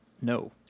No